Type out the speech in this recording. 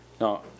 no